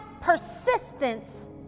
persistence